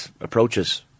approaches